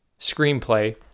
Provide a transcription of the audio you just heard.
screenplay